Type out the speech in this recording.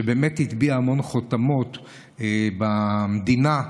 שבאמת הטביע את חותמו בהמון נושאים במדינה,